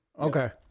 Okay